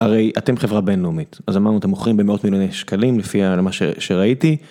הרי אתם חברה בינלאומית, אז אמרנו אתם מוכרים במאות מיליוני שקלים לפי מה שראיתי.